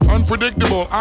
Unpredictable